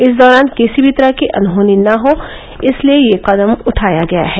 इस दौरान किसी भी तरह की अनहोनी न हो इसलिये यह कदम उठाया गया है